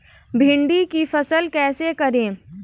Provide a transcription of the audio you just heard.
भिंडी की फसल कैसे करें?